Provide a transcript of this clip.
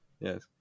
Yes